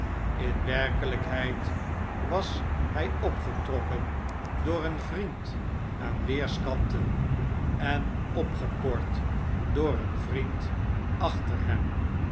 in werkelijkheid was hij opgetrokken door een vriend aan weerskanten en opgepord door een vriend achter hem